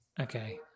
Okay